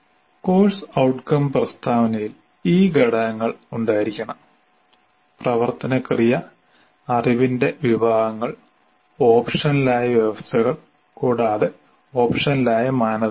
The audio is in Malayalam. കോഴ്സ് ഔട്ട്കം പ്രസ്താവനയിൽ ഈ ഘടകങ്ങൾ ഉണ്ടായിരിക്കണം പ്രവർത്തന ക്രിയ അറിവിന്റെ വിഭാഗങ്ങൾ ഓപ്ഷണലായ വ്യവസ്ഥകൾ കൂടാതെ ഓപ്ഷണലായ മാനദണ്ഡങ്ങൾ